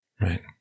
Right